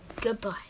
Goodbye